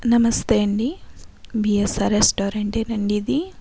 నమస్తే అండి B S R restaurant ఏనండి ఇది